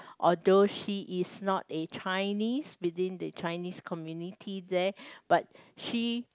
although she is not a Chinese within the Chinese community there but she